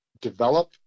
develop